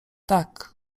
tak